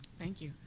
thank you.